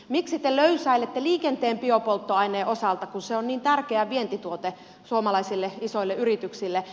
miksi te löysäilette liikenteen biopolttoaineen osalta kun se on niin tärkeä vientituote suomalaisille isoille yrityksille